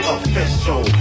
Official